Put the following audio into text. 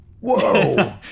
Whoa